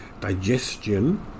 digestion